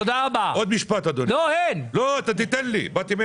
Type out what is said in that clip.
עד נכון להרגע פראט אנד ויטני לא שינתה את ההחלטה מלסגור את המפעל,